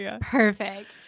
Perfect